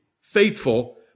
faithful